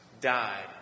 died